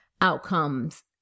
outcomes